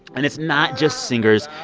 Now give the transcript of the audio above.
and it's not just singers.